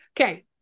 Okay